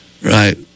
Right